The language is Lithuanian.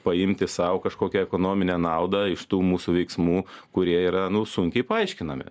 paimti sau kažkokią ekonominę naudą iš tų mūsų veiksmų kurie yra nu sunkiai paaiškinami